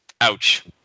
ouch